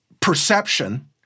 perception